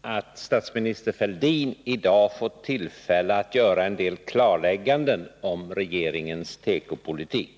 att statsminister Fälldin i dag fått tillfälle att göra en del klarlägganden om regeringens tekopolitik.